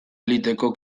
eliteko